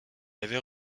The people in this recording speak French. avait